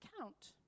count